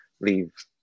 leave